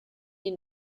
die